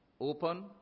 open